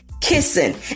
kissing